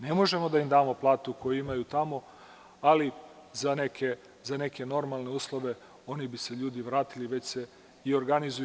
Ne možemo da im damo platu koju imaju tamo, ali za neke normalne uslove oni bi se ljudi vratili i već se i organizuju.